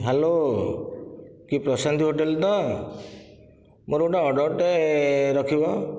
hello କିଏ Prashanti hotel ତ ମୋର ଗୋଟିଏ ଅର୍ଡ଼ରଟେ ରଖିବ